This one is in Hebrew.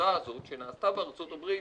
החקירה הזאת, שנעשתה בארצות הברית